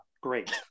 great